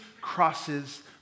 crosses